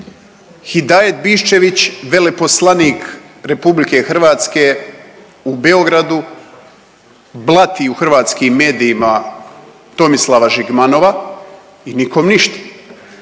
Hidajet Biščević veleposlanik RH u Beogradu blati u hrvatskim medijima Tomislava Žigmanova i nikom ništa.